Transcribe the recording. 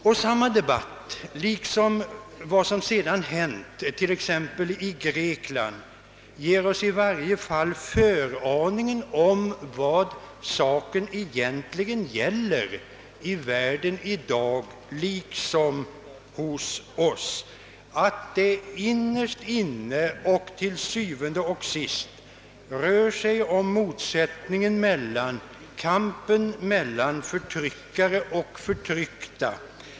Och samma debatt, liksom vad som nyligen hänt t.ex. i Grekland, ger oss i varje fall föraningen om vad saken egentligen gäller i världen i dag liksom hos oss: att det innerst inne och til syvende og sidst rör sig om motsättningen och kampen mellan förtryckare och förtryckta.